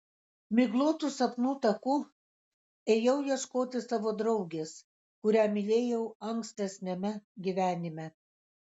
miglotu sapnų taku ėjau ieškoti savo draugės kurią mylėjau ankstesniame gyvenime